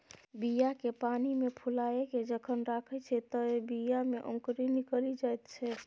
बीया केँ पानिमे फुलाए केँ जखन राखै छै तए बीया मे औंकरी निकलि जाइत छै